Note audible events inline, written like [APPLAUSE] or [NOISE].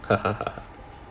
[LAUGHS]